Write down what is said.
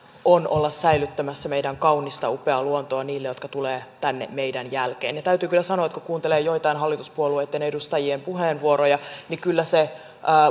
on olla säilyttämässä meidän kaunista upeaa luontoamme niille jotka tulevat tänne meidän jälkeemme täytyy kyllä sanoa että kun kuuntelee joitain hallituspuolueitten edustajien puheenvuoroja niin kyllä se